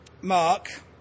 Mark